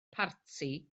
parti